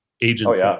agency